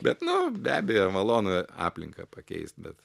bet nu be abejo malonu aplinką pakeist bet